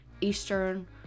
Eastern